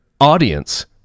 audience